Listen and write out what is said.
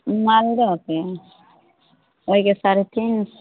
मालदहके ओहिके साढ़े तीन सओ